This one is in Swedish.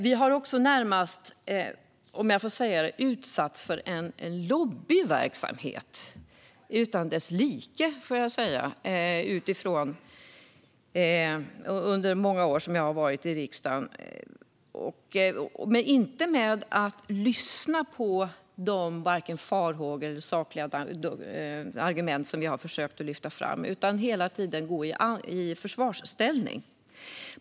Vi har också utsatts för närmast en lobbyverksamhet utan dess like, måste jag säga utifrån mina många år i riksdagen, där man inte lyssnar på vare sig farhågor eller sakliga argument som vi försökt lyfta fram utan hela tiden går i försvarsställning.